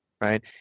right